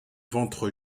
ventre